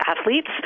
athletes